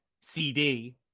CD